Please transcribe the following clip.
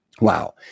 Wow